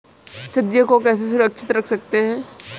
सब्जियों को कैसे सुरक्षित रख सकते हैं?